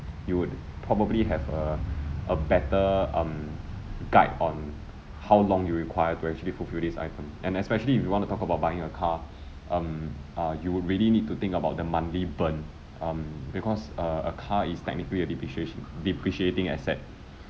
you would probably have a a better um guide on how long you require to actually fulfil this item and especially if you want to talk about buying a car um uh you would really need to think about the monthly burn um because err a car is technically a depreciation depreciating asset